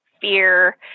fear